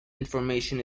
information